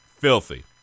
Filthy